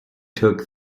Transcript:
took